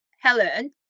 Helen